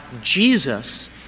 Jesus